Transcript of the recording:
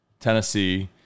tennessee